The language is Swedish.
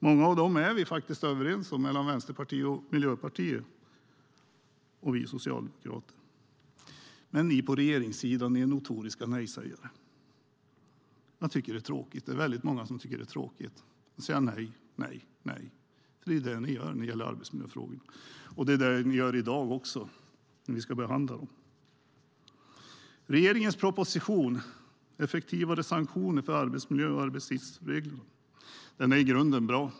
Många av dem är vi överens om mellan Vänsterpartiet, Miljöpartiet och Socialdemokraterna. Men ni på regeringssidan är notoriska nej-sägare. Det är många som tycker att det är tråkigt att ni säger nej, nej och nej. Det är vad ni gör i arbetsmiljöfrågor, och det är också vad ni gör i dag. Regeringens proposition Effektivare sanktioner för arbetsmiljö och arbetstidsreglerna är i grunden bra.